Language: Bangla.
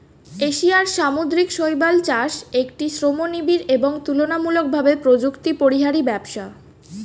এশিয়ার সামুদ্রিক শৈবাল চাষ একটি শ্রমনিবিড় এবং তুলনামূলকভাবে প্রযুক্তিপরিহারী ব্যবসা